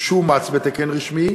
שאומץ בתקן רשמי